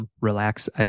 Relax